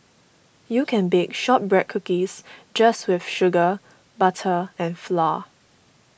you can bake Shortbread Cookies just with sugar butter and flour